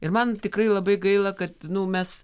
ir man tikrai labai gaila kad nu mes